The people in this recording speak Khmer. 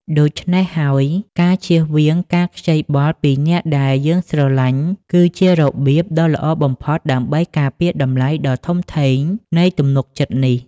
ដូច្នេះហើយ ការជៀសវាងការខ្ចីបុលពីអ្នកដែលយើងស្រឡាញ់ គឺជារបៀបដ៏ល្អបំផុតដើម្បីការពារតម្លៃដ៏ធំធេងនៃទំនុកចិត្តនេះ។